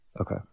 Okay